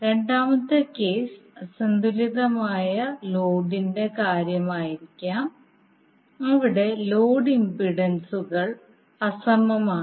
രണ്ടാമത്തെ കേസ് അസന്തുലിതമായ ലോഡിന്റെ കാര്യമായിരിക്കാം അവിടെ ലോഡ് ഇംപെഡൻസുകൾ അസമമാണ്